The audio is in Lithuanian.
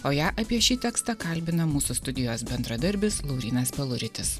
o ją apie šį tekstą kalbina mūsų studijos bendradarbis laurynas peluritis